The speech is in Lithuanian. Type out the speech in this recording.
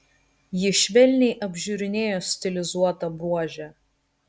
ji švelniai apžiūrinėjo stilizuotą buožę